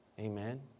Amen